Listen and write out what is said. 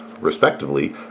respectively